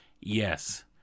yes